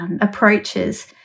approaches